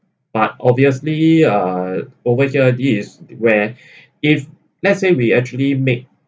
but obviously uh over here this is where if let's say we actually make